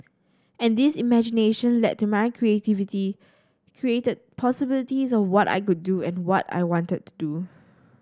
and this imagination led to my creativity created possibilities of what I could do and what I wanted to do